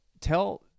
Tell